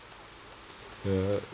ya